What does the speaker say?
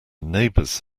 neighbour’s